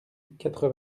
quatre